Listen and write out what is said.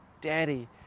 Daddy